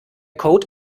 code